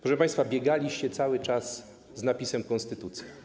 Proszę państwa, biegaliście cały czas z napisem: konstytucja.